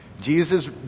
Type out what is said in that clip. Jesus